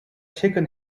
shaken